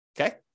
Okay